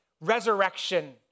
resurrection